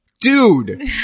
dude